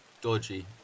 dodgy